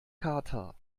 kater